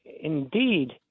indeed